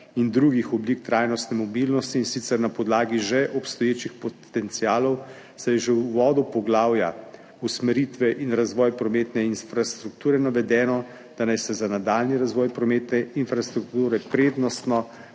in drugih oblik trajnostne mobilnosti, in sicer na podlagi že obstoječih potencialov, saj je že v uvodu poglavja Usmeritve in razvoj prometne infrastrukture navedeno, da naj se za nadaljnji razvoj prometne infrastrukture prednostno